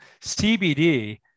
CBD